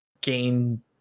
gain